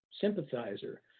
sympathizer